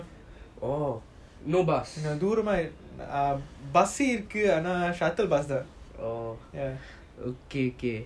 தூரமா:thurama bus இருக்கு ஆனா:iruku aana shuttle bus ah